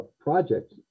project